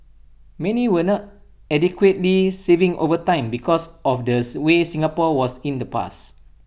many were not adequately saving over time because of the way Singapore was in the past